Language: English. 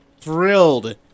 Thrilled